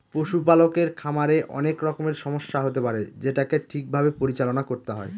পশুপালকের খামারে অনেক রকমের সমস্যা হতে পারে যেটাকে ঠিক ভাবে পরিচালনা করতে হয়